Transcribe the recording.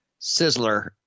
Sizzler